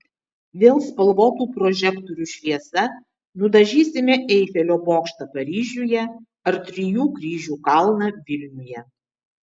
vėl spalvotų prožektorių šviesa nudažysime eifelio bokštą paryžiuje ar trijų kryžių kalną vilniuje